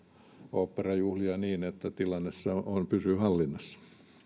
oopperajuhlia niin että tilanne pysyy hallinnassa